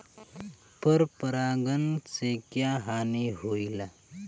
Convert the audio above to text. पर परागण से क्या हानि होईला?